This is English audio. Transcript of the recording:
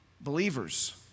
believers